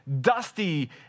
dusty